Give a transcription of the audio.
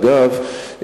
אגב,